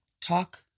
Talk